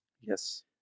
Yes